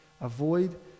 Avoid